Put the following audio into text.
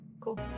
Cool